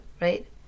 right